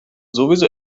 sowieso